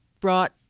brought